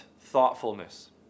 thoughtfulness